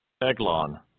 Eglon